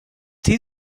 tea